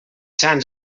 sants